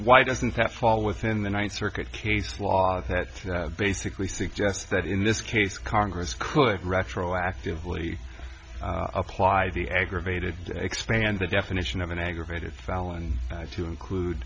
why doesn't that fall within the ninth circuit case law that basically suggests that in this case congress could retroactively apply the aggravated expand the definition of an aggravated felony to include